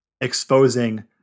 exposing